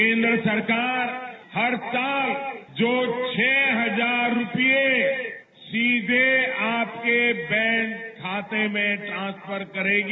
केंद्र सरकार हर साल जो छह हजार रुपये सीधे आपके बैंक खाते में ट्रांसफर करेगी